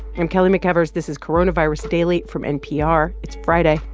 i'm kelly mcevers. this is coronavirus daily from npr. it's friday,